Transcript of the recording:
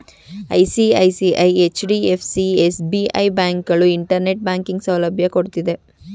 ICICI, HDFC, SBI, ಬ್ಯಾಂಕುಗಳು internet banking ಸೌಲಭ್ಯ ಕೊಡ್ತಿದ್ದೆ